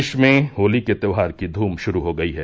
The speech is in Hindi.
प्रदेश में होली के त्योहार की धूम शुरू हो गयी है